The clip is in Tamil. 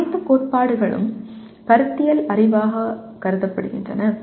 அனைத்து கோட்பாடுகளும் கருத்தியல் அறிவாக கருதப்படுகின்றன